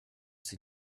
sie